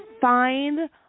find